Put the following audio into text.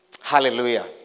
Hallelujah